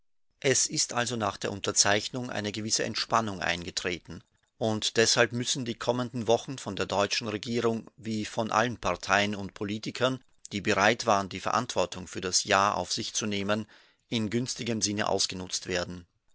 es ist also nach der unterzeichnung eine gewisse entspannung eingetreten und deshalb müssen die kommenden wochen von der deutschen regierung wie von allen parteien und politikern die bereit waren die verantwortung für das ja auf sich zu nehmen in günstigem sinne ausgenutzt werden